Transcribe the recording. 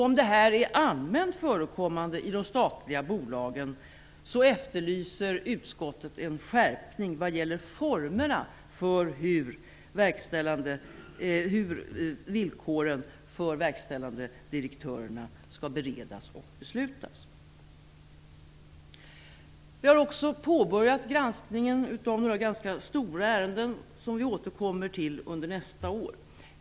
Om detta är allmänt förekommande i statliga bolagen, efterlyser utskottet en skärpning vad gäller formerna för hur villkoren för de verkställande direktörerna skall beredas och beslutas. Vi har också påbörjat granskningen av några ganska stora ärenden, som vi återkommer till under nästa år.